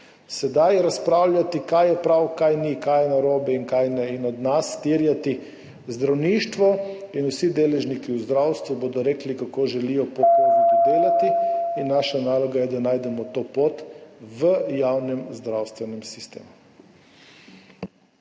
Sedaj razpravljati, kaj je prav, kaj ni, kaj je narobe in kaj ne, in od nas terjati – zdravništvo in vsi deležniki v zdravstvu bodo rekli, kako želijo po kovidu delati, in naša naloga je, da najdemo to pot v javnem zdravstvenem sistemu.